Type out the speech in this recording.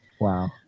Wow